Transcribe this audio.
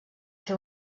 fer